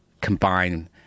combine